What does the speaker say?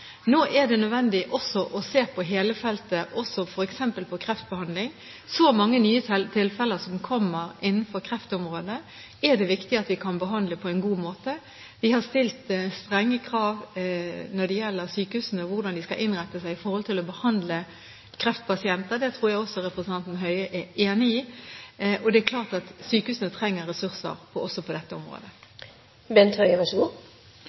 Nå er det nødvendig å se på hele feltet, også på f.eks. kreftbehandling. Når det er så mange nye tilfeller som kommer innenfor kreftområdet, er det viktig at vi kan behandle disse på en god måte. Vi har stilt strenge krav overfor sykehusene om hvordan de skal innrette seg når det gjelder å behandle kreftpasienter. Det tror jeg også representanten Høie er enig i. Og det er klart at sykehusene trenger ressurser også på dette